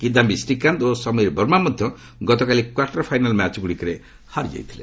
କିଦାୟୀ ଶ୍ରୀକାନ୍ତ ଓ ସମୀର ବର୍ମା ମଧ୍ୟ ଗତକାଲି କ୍ୱାର୍ଟର୍ ଫାଇନାଲ୍ ମ୍ୟାଚ୍ଗୁଡ଼ିକରେ ହାରିଯାଇଥିଲେ